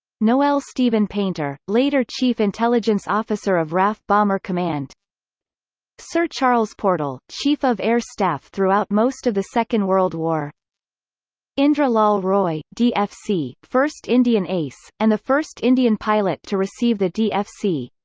noel stephen paynter later chief intelligence officer of raf bomber command sir charles portal chief of air staff throughout most of the second world war indra lal roy, dfc first indian ace, and the first indian pilot to receive the dfc